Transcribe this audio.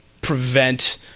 prevent